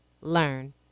learn